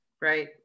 Right